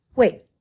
Wait